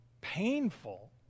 painful